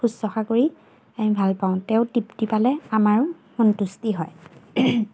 শুশ্ৰূষা কৰি আমি ভালপাওঁ তেওঁ তৃপ্তি পালে আমাৰো সন্তুষ্টি হয়